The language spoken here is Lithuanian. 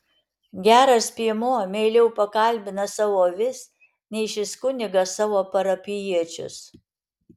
geras piemuo meiliau pakalbina savo avis nei šis kunigas savo parapijiečius